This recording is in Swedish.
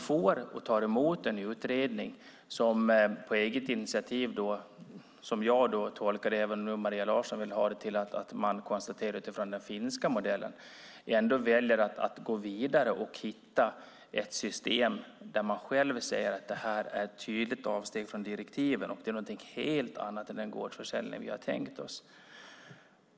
Regeringen tar emot en utredning som - på eget initiativ, som jag tolkar det, även om Maria Larsson vill ha det till att utredningen konstaterar detta utifrån den finska modellen - väljer att gå vidare och hitta ett system där man själv säger att det är ett tydligt avsteg från direktiven och någonting helt annat än den gårdsförsäljning man tänkt sig.